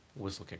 Whistlekick